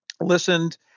Listened